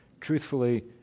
truthfully